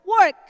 work